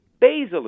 Basil